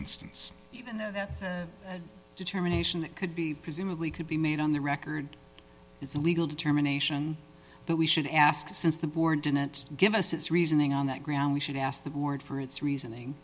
that's a determination that could be presumably could be made on the record its legal determination that we should ask since the board didn't give us its reasoning on that ground we should ask the board for its reasoning